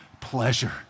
pleasure